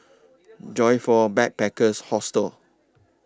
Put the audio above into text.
Joyfor Backpackers' Hostel